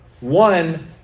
One